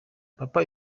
papa